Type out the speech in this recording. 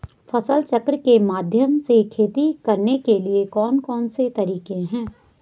फसल चक्र के माध्यम से खेती करने के लिए कौन कौन से तरीके हैं?